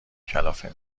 کلافه